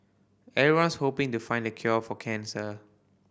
everyone's hoping to find the cure for cancer